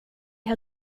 har